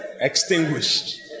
Extinguished